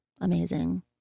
amazing